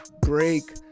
break